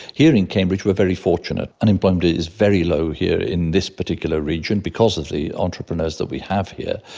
here in cambridge we are very fortunate, unemployment is very low here in this particular region because of the entrepreneurs that we have here.